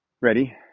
Ready